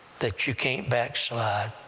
that you can't backslide.